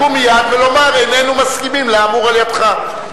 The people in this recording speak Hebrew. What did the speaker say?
לקום מייד ולומר: איננו מסכימים לאמור על-ידך.